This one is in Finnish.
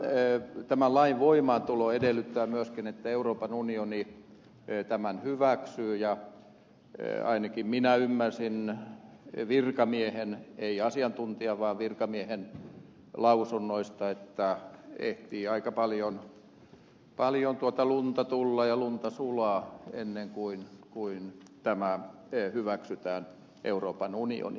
no tämän lain voimaantulo edellyttää myöskin että euroopan unioni tämän hyväksyy ja ainakin minä ymmärsin virkamiehen ei asiantuntijan vaan virkamiehen lausunnoista että ehtii aika paljon lunta tulla ja lunta sulaa ennen kuin tämä hyväksytään euroopan unionissa